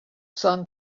sun